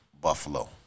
Buffalo